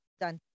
done